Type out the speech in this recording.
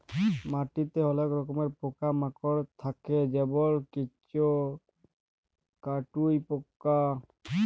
মাটিতে অলেক রকমের পকা মাকড় থাক্যে যেমল কেঁচ, কাটুই পকা